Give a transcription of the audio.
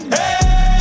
Hey